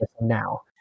now